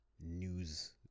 news